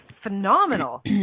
phenomenal